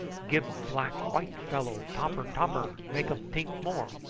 gib black white fellow topper topper make um tink more.